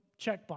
checkbox